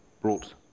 brought